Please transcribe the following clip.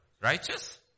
righteous